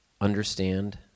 understand